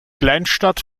kleinstadt